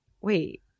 wait